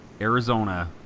Arizona